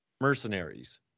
mercenaries